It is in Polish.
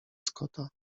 scotta